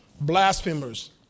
blasphemers